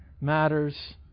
matters